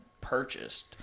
purchased